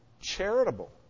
charitable